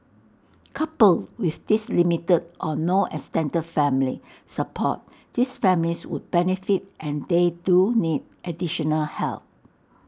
coupled with this limited or no extended family support these families would benefit and they do need additional help